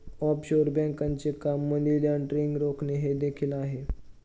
offshore बँकांचे काम money laundering रोखणे हे देखील आहे